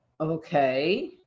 Okay